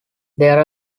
there